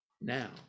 now